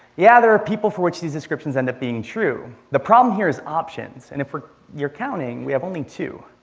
yeah, there are people for which these descriptions end up being true. the problem here is options. and if you're counting, we have only two.